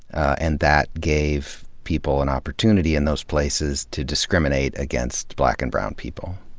and that gave people an opportunity in those places to discriminate against black and brown people.